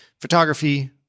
photography